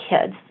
kids